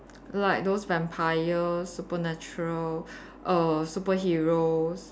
like those vampire supernatural err superheroes